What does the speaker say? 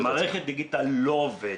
המערכת הדיגיטלית לא עובדת.